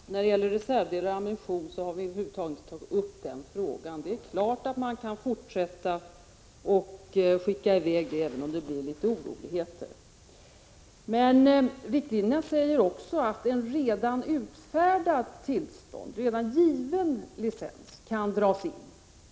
Herr talman! Frågan om reservdelar och ammunition har vi över huvud taget inte tagit upp. Det är klart att man kan fortsätta och skicka i väg sådant, även om det blir litet oroligheter. Men riktlinjerna säger också att ett redan utfärdat tillstånd, en redan given licens, kan dras in